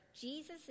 Jesus